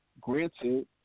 granted